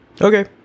Okay